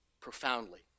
profoundly